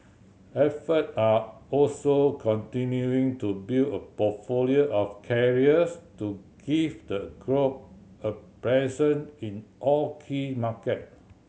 effort are also continuing to build a portfolio of carriers to give the group a presence in all key market